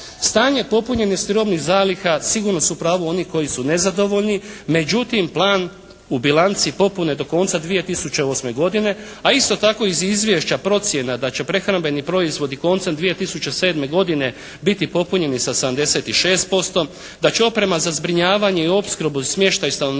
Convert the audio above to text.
Stanje popunjenosti robnih zaliha sigurno su u pravu oni koji su nezadovoljni, međutim plan u bilanci popune do konca 2008. godine, a isto tako iz izvješća procjena da će prehrambeni proizvodi koncem 2007. godine biti popunjeni sa 76%, da će oprema za zbrinjavanje i opskrbu i smještaj stanovništva biti